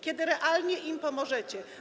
Kiedy realnie im pomożecie?